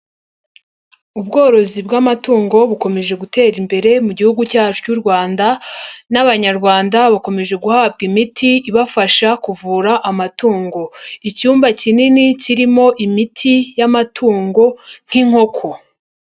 Ubworozi bw'amatungo bukomeje gutera imbere mu gihugu cyacu cy'u Rwanda n'Abanyarwanda bakomeje guhabwa imiti ibafasha kuvura amatungo. Icyumba kinini kirimo imiti y'amatungo nk'inkoko.